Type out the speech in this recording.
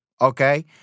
okay